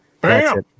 bam